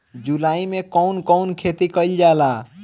जुलाई मे कउन कउन खेती कईल जाला?